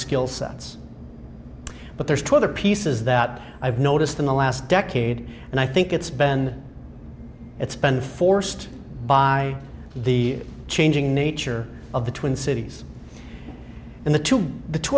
skill sets but there's two other pieces that i've noticed in the last decade and i think it's ben it's been forced by the changing nature of the twin cities and the two the two